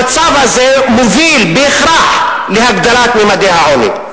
המצב הזה מוביל בהכרח להגדלת ממדי העוני.